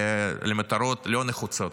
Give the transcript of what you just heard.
למטרות לא נחוצות.